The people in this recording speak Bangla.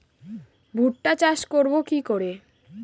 ভুট্টা চাষ করব কি করে?